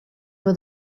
for